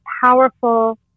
powerful